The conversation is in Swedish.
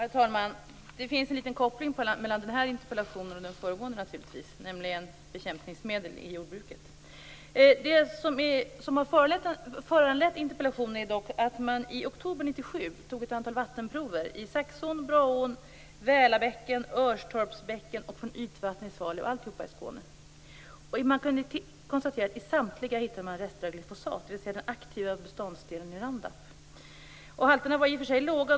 Herr talman! Det finns naturligtvis en liten koppling mellan den här interpellationen och den föregående, nämligen bekämpningsmedel i jordbruket. Det som har föranlett interpellationen är dock att man i oktober 1997 tog ett antal vattenprover i Saxån, Braån, Välabäcken, Örstorpsbäcken och från ytvattnet i Svalöv, alltihop i Skåne. I samtliga hittade man rester av glyfosat, dvs. den aktiva beståndsdelen i Roundup. Halterna var i och för sig låga.